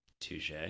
Touche